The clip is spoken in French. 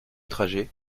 trajet